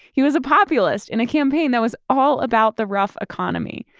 he was a populist in a campaign that was all about the rough economy.